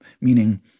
meaning